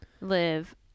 live